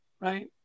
right